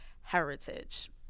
heritage